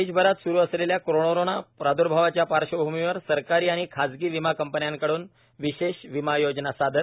देशभरात स्रू असलेल्या कोरोंना प्रादुर्भवाच्या पार्श्वभूमीवर सरकारी आणि खाजगी विमा कंपण्यांकड्न विशेष विमा योजना सादर